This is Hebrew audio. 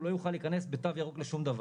הוא לא יוכל להיכנס בתו ירוק לשום דבר.